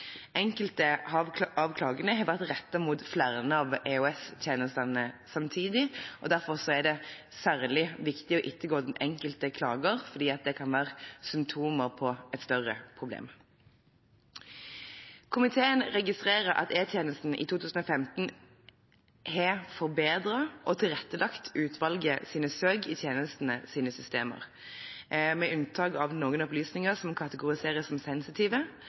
Enkelte av klagene har vært rettet mot flere av EOS-tjenestene samtidig, og derfor er det særlig viktig å ettergå den enkelte klager fordi det kan være symptomer på et større problem. Komiteen registrerer at E-tjenesten i 2015 har forbedret og tilrettelagt utvalgets søk i tjenestens systemer, med unntak av noen opplysninger som kategoriseres som sensitive,